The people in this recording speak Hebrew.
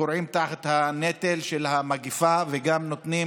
שכורעים תחת נטל המגפה וגם נותנים